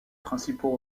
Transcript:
principaux